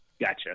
Gotcha